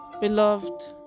Beloved